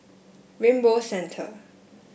Rainbow Centre